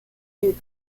nuls